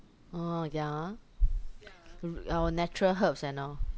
orh yeah our natural herbs and all